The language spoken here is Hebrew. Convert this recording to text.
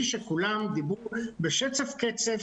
ראיתי שכולם דיברו בשצף קצף,